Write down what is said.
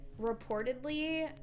reportedly